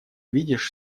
видишь